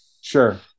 Sure